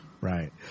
Right